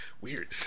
Weird